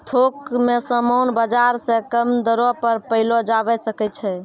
थोक मे समान बाजार से कम दरो पर पयलो जावै सकै छै